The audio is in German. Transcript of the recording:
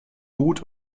gut